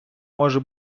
може